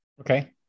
Okay